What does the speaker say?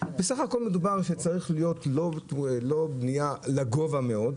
בסך הכל מדובר שצריך להיות לא בניה לגובה מאוד,